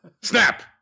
Snap